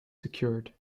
secured